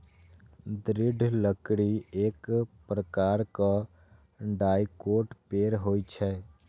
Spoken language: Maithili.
दृढ़ लकड़ी एक प्रकारक डाइकोट पेड़ होइ छै